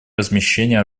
размещения